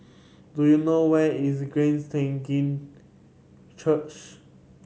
do you know where is Glad Church